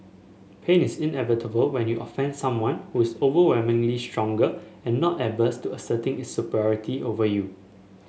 pain is inevitable when you offend someone who is overwhelmingly stronger and not averse to asserting its superiority over you